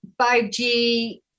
5G